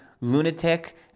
lunatic